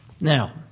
Now